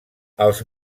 els